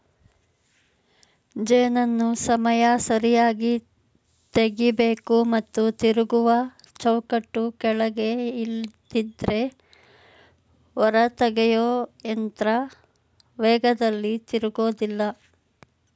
ಜೇನನ್ನು ಸಮಯ ಸರಿಯಾಗಿ ತೆಗಿಬೇಕು ಮತ್ತು ತಿರುಗುವ ಚೌಕಟ್ಟು ಕೆಳಗೆ ಇಲ್ದಿದ್ರೆ ಹೊರತೆಗೆಯೊಯಂತ್ರ ವೇಗದಲ್ಲಿ ತಿರುಗೋದಿಲ್ಲ